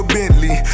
Bentley